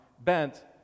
bent